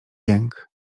jęk